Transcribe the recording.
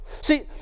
See